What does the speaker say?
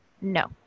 No